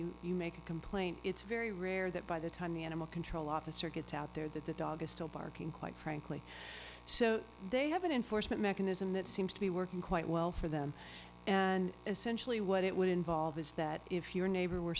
and you make a complaint it's very rare that by the time the animal control officer gets out there that the dog is still barking quite frankly so they have an enforcement mechanism that seems to be working quite well for them and essentially what it would involve is that if your neighbor were